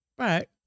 Right